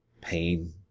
Pain